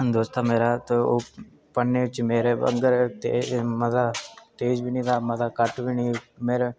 और बी मेरे चार पंज छे दोस्त हे मेरे इक्कै दोस्त नेईं हा क्लासा च सीटी सूटी मारियै क्लास छोड़ियै नस्सी जंदे हे इक दूए गी इशारा करांदे हे नेईं पढ़ना भाइया चल बड़े बारी क्लाासा चा नस्से दे आं